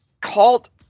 called